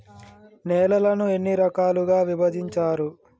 నేలలను ఎన్ని రకాలుగా విభజించారు?